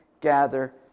gather